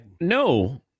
No